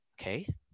okay